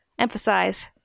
emphasize